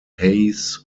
hayes